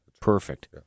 Perfect